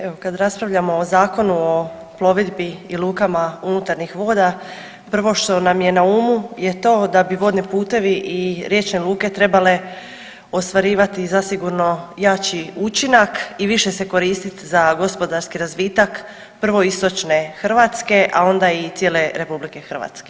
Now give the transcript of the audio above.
Evo kad raspravljamo o Zakonu o plovidbi i lukama unutarnjih voda prvo što nam je na umu je to da bi vodni putevi i riječne luke trebale ostvarivati zasigurno jači učinak i više se koristit za gospodarski razvitak prvo istočne Hrvatske, a onda i cijele RH.